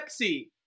Pepsi